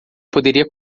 poderia